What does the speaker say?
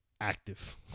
active